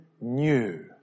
new